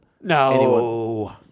No